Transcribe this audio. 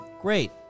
Great